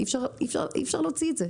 אי אפשר להוציא את זה.